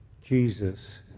Jesus